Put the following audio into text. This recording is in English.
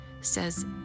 says